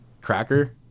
cracker